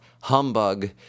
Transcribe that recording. humbug